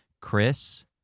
Chris